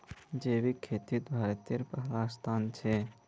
जैविक खेतित भारतेर पहला स्थान छे